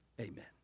amen